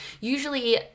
usually